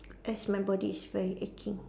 as my body is very aching